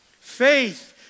Faith